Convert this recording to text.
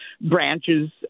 branches